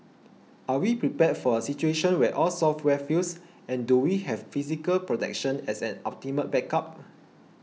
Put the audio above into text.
are we prepared for a situation where all software fails and do we have physical protection as an ultimate backup